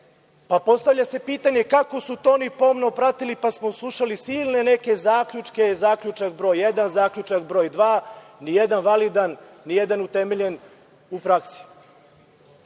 Postavlja se pitanje – kako su to oni pomno pratili pa smo slušali silne neke zaključke, zaključak broj jedan, zaključak broj dva. Nije validan, nijedan utemeljen u praksi. Ono